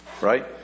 right